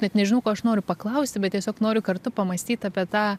net nežinau ko aš noriu paklausti bet tiesiog noriu kartu pamąstyt apie tą